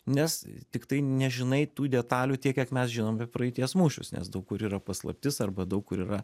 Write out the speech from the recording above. nes tiktai nežinai tų detalių tiek kiek mes žinom apie praeities mūšius nes daug kur yra paslaptis arba daug kur yra